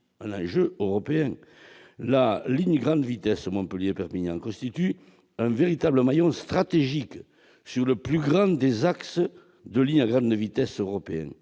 aussi européen. La ligne à grande vitesse Montpellier-Perpignan constitue un véritable maillon stratégique sur le plus grand des axes de lignes à grande vitesse européennes.